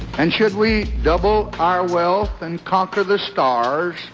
and should we double our wealth and conquer the stars